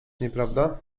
nieprawda